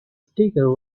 sticker